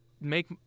make